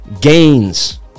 gains